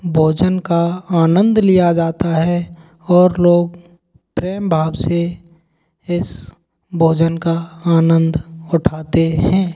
भोजन का आनंद लिया जाता है और लोग प्रेम भाव से इस भोजन का आनंद उठाते हैं